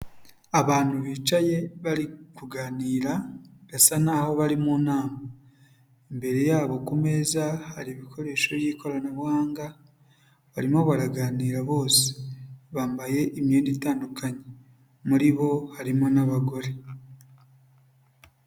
Abantu bicaye bari kuganira, basa n'aho bari mu nama. Imbere yabo ku meza, hari ibikoresho by'ikoranabuhanga, barimo baraganira bose. Bambaye imyenda itandukanye. Muri bo, harimo n'abagore.